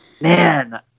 man